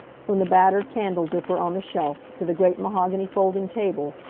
from the battered candle-dipper on the shelf, to the great mahogany folding table,